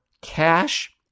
cash